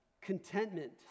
contentment